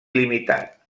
limitat